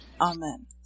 Amen